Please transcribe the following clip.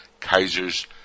Kaiser's